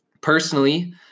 Personally